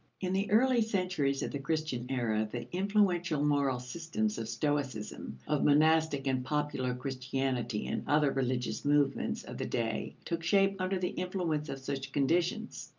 in the early centuries of the christian era, the influential moral systems of stoicism, of monastic and popular christianity and other religious movements of the day, took shape under the influence of such conditions.